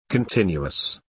continuous